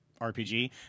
RPG